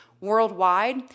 worldwide